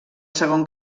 segon